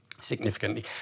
Significantly